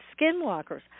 skinwalkers